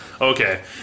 Okay